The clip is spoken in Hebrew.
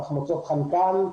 תחמוצות חנקן,